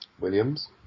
Williams